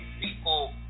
people